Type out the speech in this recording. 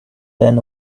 than